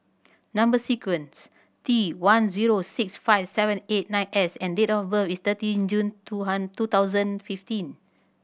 number sequences T one zero six five seven eight nine S and date of birth is thirty June two hundred two thousand fifteen